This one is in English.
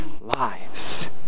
lives